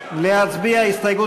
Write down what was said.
להצביע.